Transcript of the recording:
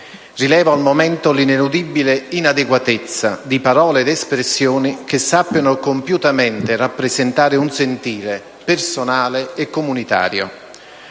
Rilevo al momento l'ineludibile inadeguatezza di parole ed espressioni che sappiano compiutamente rappresentare un sentire personale e comunitario.